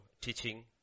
teaching